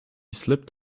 slipped